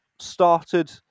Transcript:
started